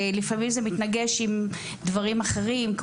ולפעמים זה מתנגש עם דברים אחרים,